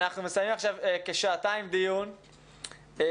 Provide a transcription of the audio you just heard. אנחנו מסיימים עכשיו כשעתיים דיון וכשהגלים